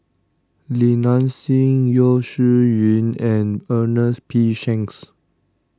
Li Nanxing Yeo Shih Yun and Ernest P Shanks